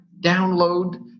download